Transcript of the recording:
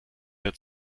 der